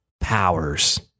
Powers